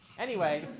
anyway,